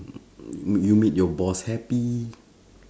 mm you made your boss happy